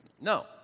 no